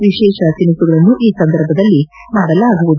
ವಿಶೇಷ ತಿನಿಸುಗಳನ್ನು ಈ ಸಂದರ್ಭದಲ್ಲಿ ಮಾಡಲಾಗುವುದು